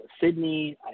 Sydney